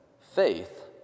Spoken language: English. faith